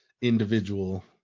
individual